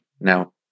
now